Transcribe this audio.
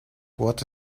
what